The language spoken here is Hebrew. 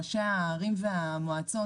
ראשי הערים והמועצות,